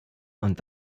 und